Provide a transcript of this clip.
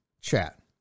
chat